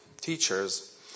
teachers